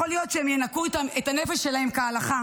יכול להיות שהם ינקו איתה את הנפש שלהם כהלכה